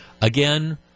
Again